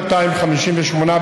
להענישה,